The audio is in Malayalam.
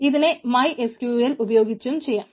ഇതിനെ MySQL ഉപയോഗിച്ചും ചെയ്യാം